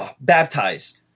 Baptized